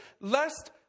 lest